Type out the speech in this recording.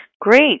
Great